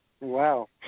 Wow